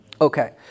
Okay